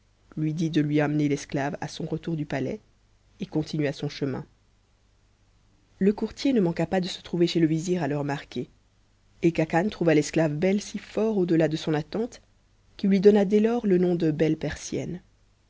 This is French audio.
lui dit de lui amener l'esclave à son retour du palais et continua son chemin le courtier ne manqua pas de se trouver chez le vizir à l'heure marquée et khacan trouva l'esclave belle si fort au-delà de son attente qu'il lui donna dès lors le nom de belle persienne